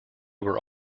were